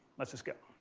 let's just go.